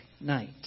night